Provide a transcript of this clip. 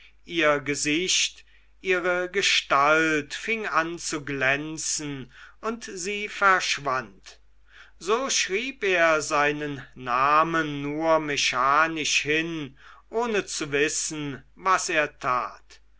ihr gesicht ihre gestalt fing an zu glänzen und sie verschwand so schrieb er seinen namen nur mechanisch hin ohne zu wissen was er tat